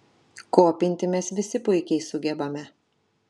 kopinti mes visi puikiai sugebame